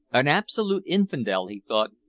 an absolute infidel, he thought,